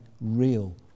real